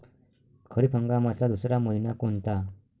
खरीप हंगामातला दुसरा मइना कोनता?